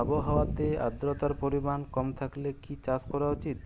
আবহাওয়াতে আদ্রতার পরিমাণ কম থাকলে কি চাষ করা উচিৎ?